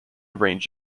range